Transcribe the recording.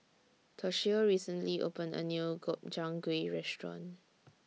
Toshio recently opened A New Gobchang Gui Restaurant